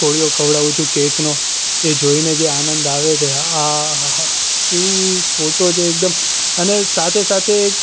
કોળિયો ખવડાવું છું કેકનો એ જોઈને જે આનંદ આવે છે એ આહા હા હા શું ફોટો છે એકદમ અને સાથે સાથે